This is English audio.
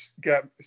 get